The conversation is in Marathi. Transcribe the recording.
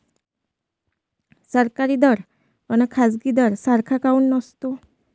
सरकारी दर अन खाजगी दर सारखा काऊन नसतो?